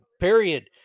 Period